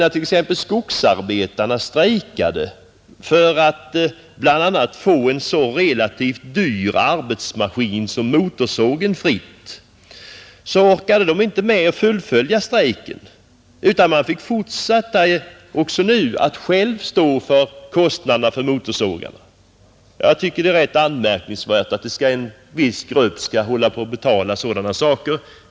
När skogsarbetarna strejkade för att bl.a. få en så relativt dyr arbetsmaskin som motorsågen fritt orkade de inte fullfölja strejken utan fick fortsätta att själva stå för kostnaderna för motorsågar. Jag tycker att det är ganska anmärkningsvärt att en viss grupp skall hålla på att betala sådana saker.